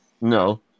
No